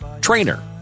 trainer